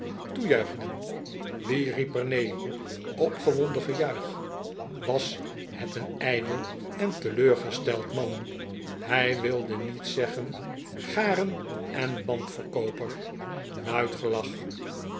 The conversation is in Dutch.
riep er neen opgewonden gejuich was het een ijdel en teleurgesteld man hij wilde niet zeggen garen en bandverkooper luid gelach